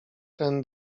ten